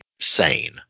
sane